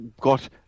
got